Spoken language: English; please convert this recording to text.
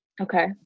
Okay